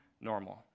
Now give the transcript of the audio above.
normal